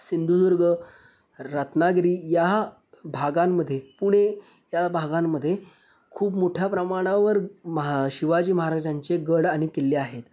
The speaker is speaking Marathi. सिंधुदुर्ग रत्नागिरी या भागांमध्ये पुणे या भागांमध्ये खूप मोठ्या प्रमाणावर महा शिवाजी महाराजांचे गड आणि किल्ले आहेत